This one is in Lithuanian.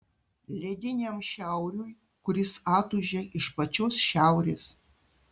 lediniam šiauriui kuris atūžia iš pačios šiaurės